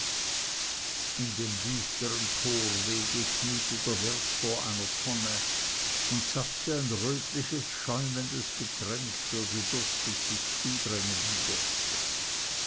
in dem düstern torwege kniete der wirt vor einer tonne und zapfte ein rötliches schäumendes getränk für die durstig sich zudrängenden gäste